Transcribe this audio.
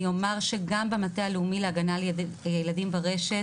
אני אומר שגם במטה הלאומי להגנה על ילדים ברשת